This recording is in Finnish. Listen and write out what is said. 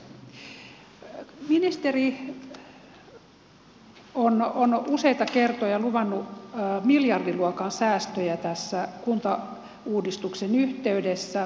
ministeri on useita kertoja luvannut miljardiluokan säästöjä kuntauudistuksen yhteydessä